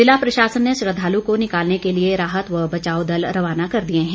ज़िला प्रशासन ने श्रद्धालु को निकालने के लिए राहत व बचाव दल रवाना कर दिए हैं